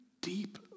deep